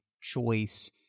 choice